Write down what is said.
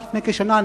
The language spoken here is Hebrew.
לפני כשנה,